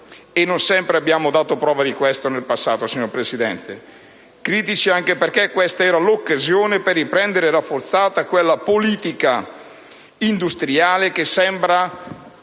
non sempre abbiamo dato prova di questo nel passato, signor Presidente. Critici anche perché questa era l'occasione per riprendere, rafforzata, quella politica industriale che sembra